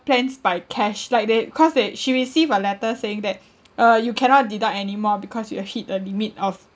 plans by cash like they cause they she receive a letter saying that uh you cannot deduct anymore because you have hit a limit of